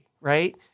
right